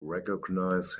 recognize